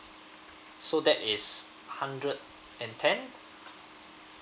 so that is hundred and ten